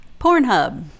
Pornhub